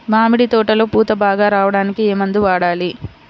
మామిడి తోటలో పూత బాగా రావడానికి ఏ మందు వాడాలి?